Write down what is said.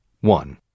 one